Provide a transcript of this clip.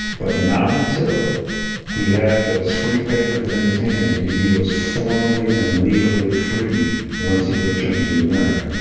but not until he had those free papers in his hand. he he was formally and legally free once he returned to america.